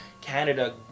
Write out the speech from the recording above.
Canada